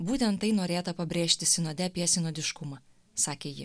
būtent tai norėta pabrėžti sinode apie sinodiškumą sakė ji